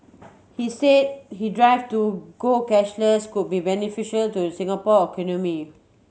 he say he drive to go cashless could be beneficial to Singapore economy